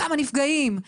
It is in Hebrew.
כמה נפגעים,